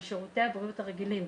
על שירותי בריאות הרגילים.